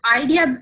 idea